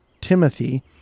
Timothy